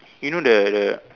you know the the